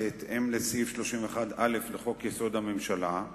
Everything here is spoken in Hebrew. בהתאם לסעיף 31(א) לחוק-יסוד: הממשלה,